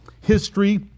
history